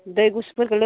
दै गुसुफोरखो दालों